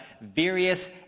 various